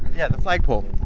yeah, the flag pole.